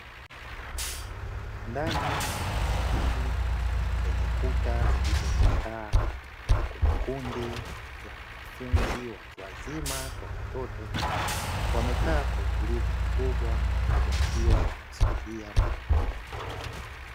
Ndani ya darasa hili, lenye kuta zilizo chakaa, kuna kundi la wanafunzi watu wazima kwa watoto. Wamekaa kwa utulivu mkubwa, wakiwa wana msubiria mwalimu.